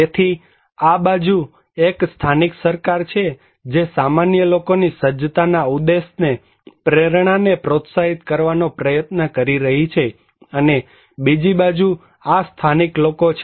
તેથી આ બાજુ એક સ્થાનિક સરકાર છે જે સામાન્ય લોકોની સજ્જતાના ઉદ્દેશને પ્રેરણાને પ્રોત્સાહિત કરવાનો પ્રયત્ન કરી રહી છે અને બીજી બાજુ આ સ્થાનિક લોકો છે